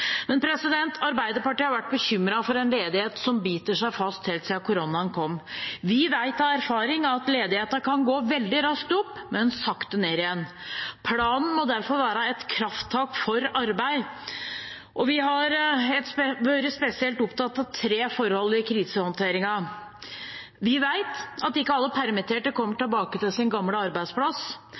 Arbeiderpartiet har helt siden koronaen kom, vært bekymret for en ledighet som biter seg fast. Vi vet av erfaring at ledigheten kan gå veldig raskt opp, men sakte ned igjen. Planen må derfor være et krafttak for arbeid. Vi har vært spesielt opptatt av tre forhold i krisehåndteringen. For det første: Vi vet at ikke alle permitterte kommer tilbake til sin gamle arbeidsplass.